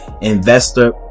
investor